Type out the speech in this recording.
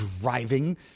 driving